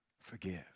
forgive